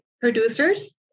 producers